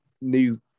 new